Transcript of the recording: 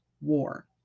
war